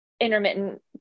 intermittent